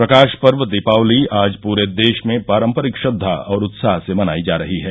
प्रकाश पर्व दीपावली आज पूरे देश में पारंपरिक श्रद्धा और उत्साह से मनायी जा रही है